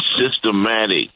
systematic